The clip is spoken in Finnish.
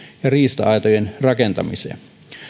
ja riista aitojen rakentamiseen